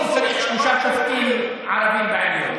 מינימום צריך שלושה שופטים ערבים בעליון.